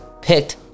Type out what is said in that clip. picked